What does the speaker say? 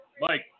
Mike